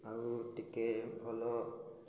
ଆଉ ଟିକେ ଭଲ